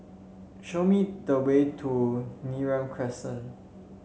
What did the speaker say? show me the way to Neram Crescent